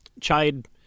chide